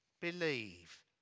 believe